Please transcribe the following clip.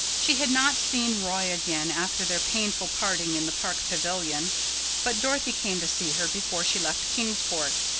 she had not seen roy again after their painful parting in the park pavilion but dorothy came to see her before she left kingsport.